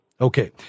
Okay